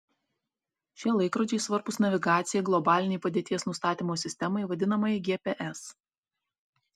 šie laikrodžiai svarbūs navigacijai globalinei padėties nustatymo sistemai vadinamajai gps